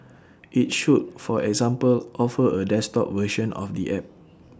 IT should for example offer A desktop version of the app